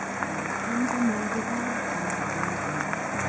here comes another one all night long.